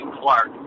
Clark